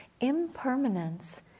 impermanence